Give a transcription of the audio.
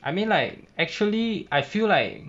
I mean like actually I feel like